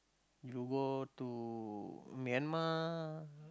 you go to Myanmar